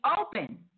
open